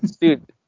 dude